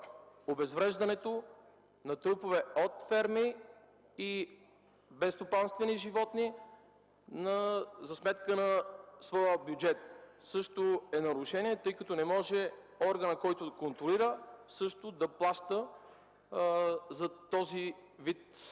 обезвреждането на трупове от ферми и безстопанствени животни – за сметка на своя бюджет. Също е нарушение, тъй като не може органът, който контролира, да плаща за този вид дейност.